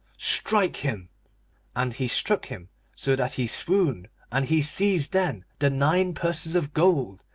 strike him and he struck him so that he swooned and he seized then the nine purses of gold,